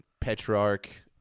Petrarch